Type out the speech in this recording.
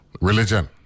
Religion